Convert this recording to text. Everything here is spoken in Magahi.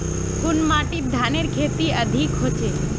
कुन माटित धानेर खेती अधिक होचे?